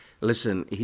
Listen